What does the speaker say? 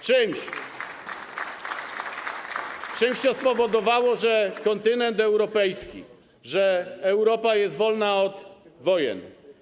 Czymś, co spowodowało, że kontynent europejski, że Europa jest wolna od wojen.